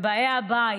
באי הבית,